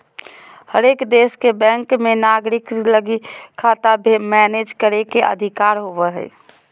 हरेक देश के बैंक मे नागरिक लगी खाता मैनेज करे के अधिकार होवो हय